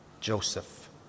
Joseph